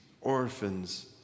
orphans